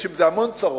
יש עם זה המון צרות